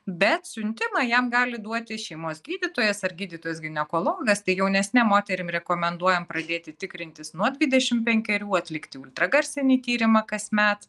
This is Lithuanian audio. bet siuntimą jam gali duoti šeimos gydytojas ar gydytojas ginekologas tai jaunesnėm moterim rekomenduojam pradėti tikrintis nuo dvidešim penkerių atlikti ultragarsinį tyrimą kasmet